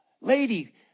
lady